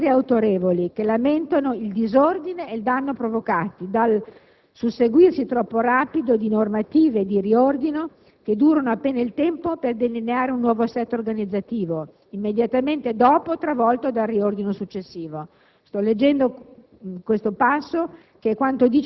Abbiamo ascoltato e letto anche pareri autorevoli, che lamentano il disordine e il danno provocati dal «Susseguirsi troppo rapido di normative di riordino che durano appena il tempo per delineare un nuovo assetto organizzativo, immediatamente dopo travolto dal riordino successivo». Sto leggendo